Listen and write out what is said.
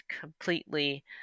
completely